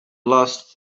last